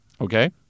Okay